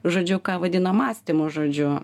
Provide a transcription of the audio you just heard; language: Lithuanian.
žodžiu ką vadinam mąstymu žodžiu